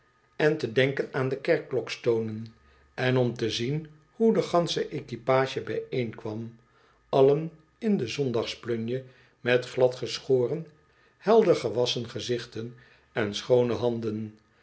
en te denken aan de kerkklokstonen en om te zien hoe de gansche equipage bijeenkwam allen in de zondags plunje met glad geschoren helder gtwasschen gezicht en schoone handen